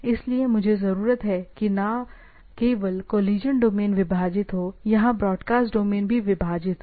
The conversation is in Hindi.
इसलिएमुझे जरूरत है कि न केवल कोलिशन डोमेन विभाजित हो यहां ब्रॉडकास्ट डोमेन भी विभाजित हो